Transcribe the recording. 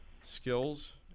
skills